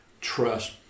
trust